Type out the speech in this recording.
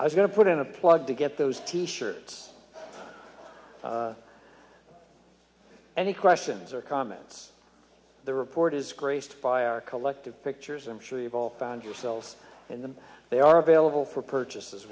i was going to put in a plug to get those t shirts any questions or comments the report is graced by our collective pictures i'm sure you've all found yourselves in them they are available for purchase